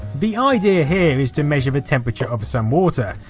the idea here is to measure the temperature of some water,